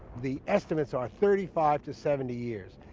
the estimates are thirty five to seventy years.